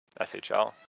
SHL